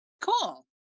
Cool